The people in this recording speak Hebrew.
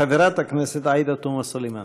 חברת הכנסת עאידה תומא סלימאן.